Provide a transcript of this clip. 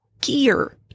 gear